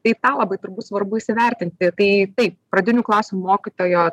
tai tą labai turbūt svarbu įsivertinti tai taip pradinių klasių mokytojo